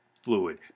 Fluid